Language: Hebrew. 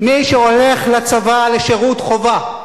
מי שהולך לצבא לשירות חובה,